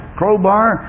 crowbar